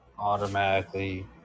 Automatically